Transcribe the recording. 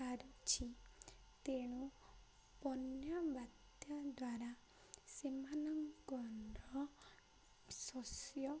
ପାରୁଛି ତେଣୁ ବନ୍ୟା ବାତ୍ୟା ଦ୍ୱାରା ସେମାନଙ୍କର ଶସ୍ୟ